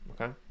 okay